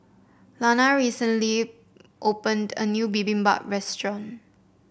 Lana recently opened a new Bibimbap Restaurant